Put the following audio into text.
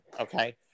Okay